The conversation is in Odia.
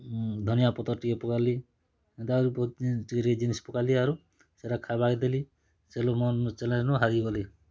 ଧନିଆ ପତର୍ ଟିକେ ପକାଲି ହେନ୍ତାକରି ବହୁତ୍ ଜିନିଷ୍ ଜିନିଷ୍ ପକାଲି ଆରୁ ସେଟା ଖାଏବାର୍କେ ଦେଲି ମୋର୍ ଚ୍ୟାଲେଞ୍ଜ୍ ନୁ ହାରିଗଲେ